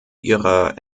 ihrer